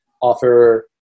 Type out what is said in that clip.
offer